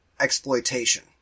exploitation